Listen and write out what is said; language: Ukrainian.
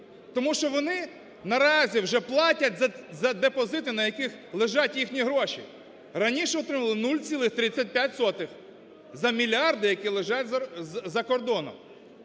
Тому що вони наразі вже платять за депозити, на яких лежать їхні гроші. Раніше отримували 0,35 за мільярди, які лежать за кордоном.